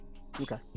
Okay